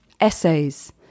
essays